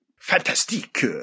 Fantastique